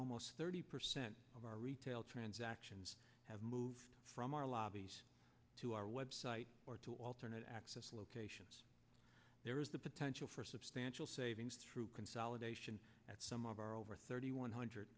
almost thirty percent of our retail transactions have moved from our lobbies to our website or to alternate access locations there is the potential for substantial savings through consolidation at some of our over thirty one hundred